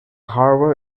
harbour